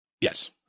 Yes